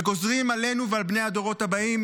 וגוזרים עלינו ועל בני הדורות הבאים